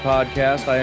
Podcast